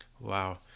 Wow